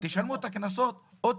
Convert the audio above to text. תשלמו את הקנסות או תשלמו.